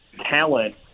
talent